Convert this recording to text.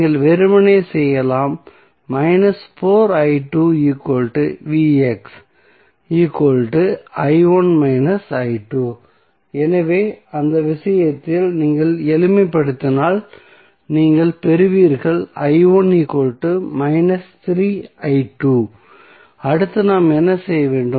நீங்கள் வெறுமனே சொல்லலாம் எனவே அந்த விஷயத்தில் நீங்கள் எளிமைப்படுத்தினால் நீங்கள் பெறுவீர்கள் அடுத்து நாம் என்ன செய்ய வேண்டும்